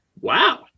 Wow